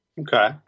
Okay